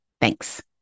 Thanks